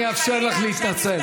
לא אמרתי, אני ארשה לך להתנצל.